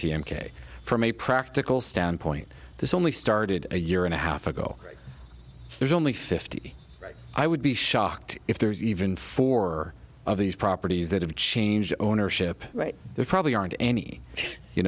t m k from a practical standpoint this only started a year and a half ago there's only fifty i would be shocked if there's even four of these properties that have changed ownership right there probably aren't any you